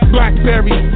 Blackberry